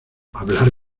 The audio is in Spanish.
hablar